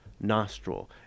nostril